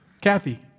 Kathy